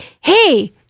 hey